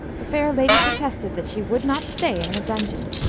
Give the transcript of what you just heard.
the fair ladye protested that she would not stay in her dungeon.